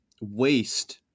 waste